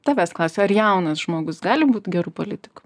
tavęs klausiu ar jaunas žmogus gali būt geru politiku